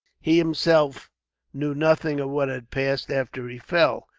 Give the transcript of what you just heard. he himself knew nothing of what had passed after he fell.